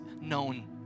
known